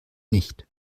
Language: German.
nicht